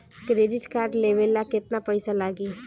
Credit card लेवे ला केतना पइसा लागी?